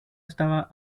estaba